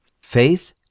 Faith